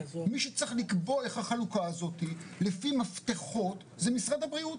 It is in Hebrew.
מי שצריך לקבוע איך החלוקה הזאת לפי מפתחות זה משרד הבריאות.